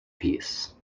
peace